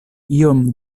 iom